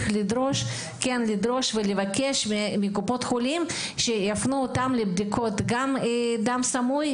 שצריך לדרוש ולבקש מקופות החולים שיפנו אותם לבדיקות של דם סמוי,